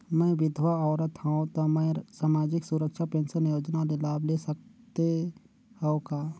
मैं विधवा औरत हवं त मै समाजिक सुरक्षा पेंशन योजना ले लाभ ले सकथे हव का?